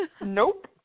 Nope